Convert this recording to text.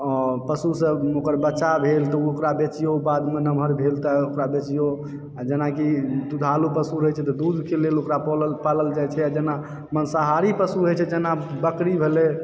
आ पशु सऽ ओकर बच्चा भेल तऽ ओकरा बेचियौ बादमे नमहर भेल तऽ ओकरा बेचियौ जेनाकि दुधालू पशु रहै छै तऽ दूध के लेल ओकरा पालल जाइ छै आ जेना मांसाहारी पशु रहै छै जेना बकरी भेलै